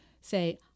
say